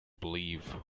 belief